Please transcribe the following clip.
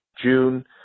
June